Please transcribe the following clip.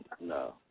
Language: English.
No